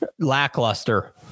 Lackluster